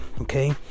okay